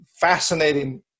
fascinating